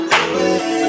away